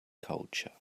culture